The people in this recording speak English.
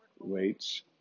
weights